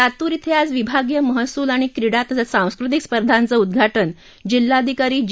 लातूर धिं आज विभागीय महसूल आणि क्रीडा तसंच सांस्कृतिक स्पर्धांचं उद्घाटन जिल्हाधिकारी जी